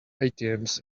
atms